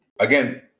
again